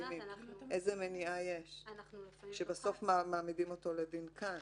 איזו מניעה יש שבסוף מעמידים אותו לדין כאן?